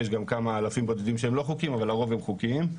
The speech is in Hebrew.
יש גם כמה אלפים בודדים שהם לא חוקיים אבל הרוב הם חוקיים.